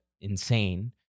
insane